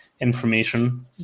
information